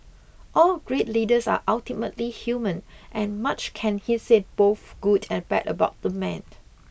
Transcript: all great leaders are ultimately human and much can be said both good and bad about the man